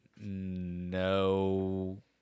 No